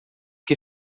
que